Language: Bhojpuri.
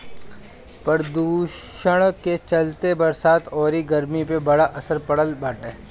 प्रदुषण के चलते बरसात अउरी गरमी पे बड़ा असर पड़ल बाटे